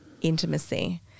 intimacy